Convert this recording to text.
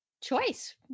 choice